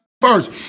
first